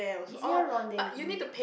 is near Rendezvous it